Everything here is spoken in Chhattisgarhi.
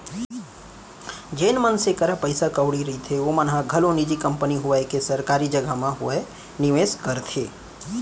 जेन मनसे करा पइसा कउड़ी रथे ओमन ह घलौ निजी कंपनी होवय के सरकारी जघा म होवय निवेस करथे